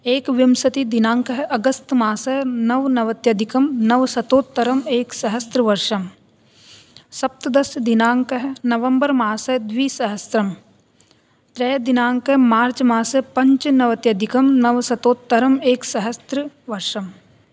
एकविंशति दिनाङ्कः अगस्त् मासः नवनवत्यधिकं नवशतोत्तरम् एकसहस्रवर्षम् सप्तदशदिनाङ्कः नवम्बर् मासः द्विसहस्रम् त्रयदिनाङ्कः मार्च् मासः पञ्चनवत्यधिकम् नवशतोत्तरम् एकसहस्रवर्षम्